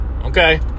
Okay